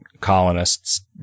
colonists